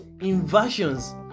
inversions